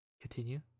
Continue